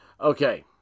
Okay